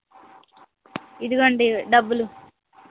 ఇదిగోండి డబ్బులు